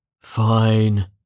Fine